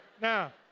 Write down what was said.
now